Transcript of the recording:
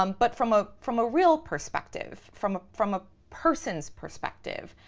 um but from ah from a real perspective, from from a person's perspective,